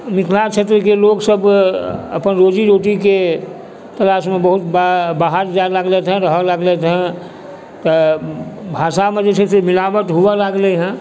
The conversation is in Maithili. मिथिला क्षेत्रके लोक सब अपन रोजी रोटीके तलाशमे बहुत बा बाहर जाइ लगलथि हइ रहऽ लगलथि हइ तऽ भाषामे जे छै से मिलावट हुअऽ लागलइ हइ